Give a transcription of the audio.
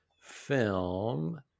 film